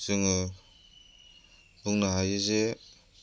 जोङो बुंनो हायोजे